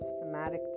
somatic